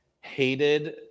Hated